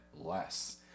less